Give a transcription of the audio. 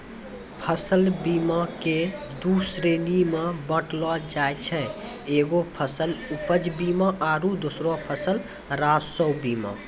फसल बीमा के दु श्रेणी मे बाँटलो जाय छै एगो फसल उपज बीमा आरु दोसरो फसल राजस्व बीमा